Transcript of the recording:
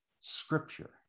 scripture